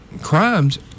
crimes